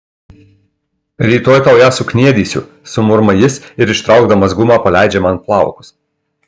rytoj tau ją sukniedysiu sumurma jis ir ištraukdamas gumą paleidžia man plaukus